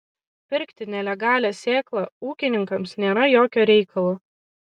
pirkti nelegalią sėklą ūkininkams nėra jokio reikalo